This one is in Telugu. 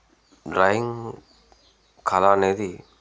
డ్రాయింగ్ కళ అనేది